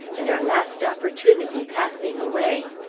and our last opportunity passing away.